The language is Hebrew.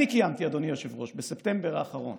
אדוני היושב-ראש, אני קיימתי בספטמבר האחרון